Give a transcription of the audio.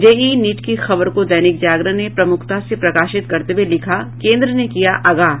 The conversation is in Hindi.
जेईई नीट की खबर को दैनिक जागरण ने प्रमुखता से प्रकाशित करते हुये लिखा है केंद्र ने किया आगाह